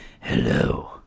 Hello